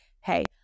hey